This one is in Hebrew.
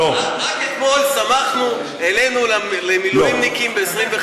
אין לך